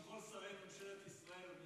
אם רוב שרי ממשלת ישראל,